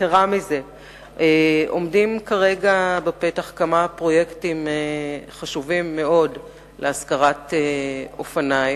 בפתח ממתינים כעת כמה פרויקטים חשובים מאוד להשכרת אופניים.